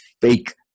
fake